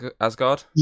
asgard